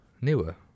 Newer